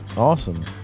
Awesome